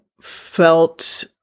felt